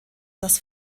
das